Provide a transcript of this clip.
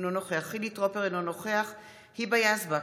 אינו נוכח חילי טרופר, אינו נוכח היבה יזבק,